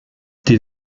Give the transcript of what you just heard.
des